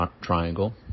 triangle